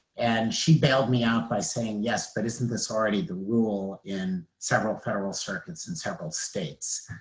and she bailed me out by saying, yes, but isn't this already the rule in several federal circuits in several states.